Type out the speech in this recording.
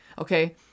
Okay